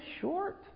short